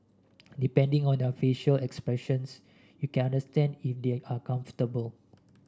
depending on their facial expressions you can understand if they are uncomfortable